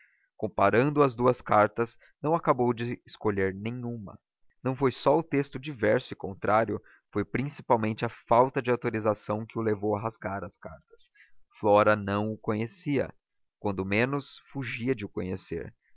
comparando as duas cartas não acabou de escolher nenhuma não foi só o texto diverso e contrário foi principalmente a falta de autorização que o levou a rasgar as cartas flora não o conhecia quando menos fugia de o conhecer